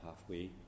Halfway